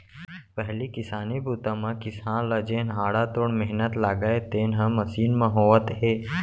पहिली किसानी बूता म किसान ल जेन हाड़ा तोड़ मेहनत लागय तेन ह मसीन म होवत हे